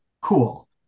cool